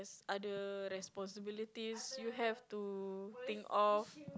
other responsibilities you have to think of